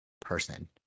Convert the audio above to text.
person